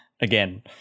Again